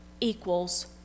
equals